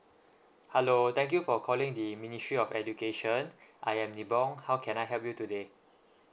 hello thank you for calling the ministry of education I am nippon how can I help you today